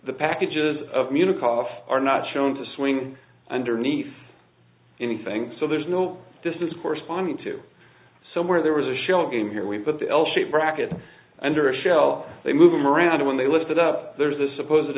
the packages of munich off are not shown to swing underneath anything so there's no distance corresponding to somewhere there was a shell game here we put the l shape bracket under a shell they move them around when they lifted up there's this suppose